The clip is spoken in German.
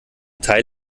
teil